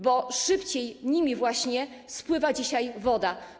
Bo szybciej nimi właśnie spływa dzisiaj woda.